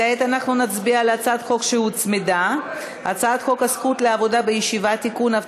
כעת נצביע על הצעת החוק שהוצמדה: הצעת חוק הזכות לעבודה בישיבה (תיקון,